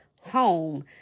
home